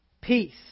peace